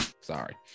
sorry